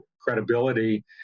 credibility